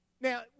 now